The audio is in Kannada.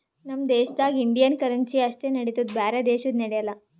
ನಮ್ ದೇಶದಾಗ್ ಇಂಡಿಯನ್ ಕರೆನ್ಸಿ ಅಷ್ಟೇ ನಡಿತ್ತುದ್ ಬ್ಯಾರೆ ದೇಶದು ನಡ್ಯಾಲ್